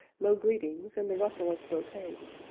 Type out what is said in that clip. low greetings, and the rustle of brocade,